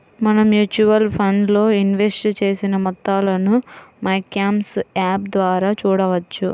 మనం mutual funds లో invest చేసిన మొత్తాలను మైక్యామ్స్ యాప్ ద్వారా చూడవచ్చు